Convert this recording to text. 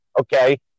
okay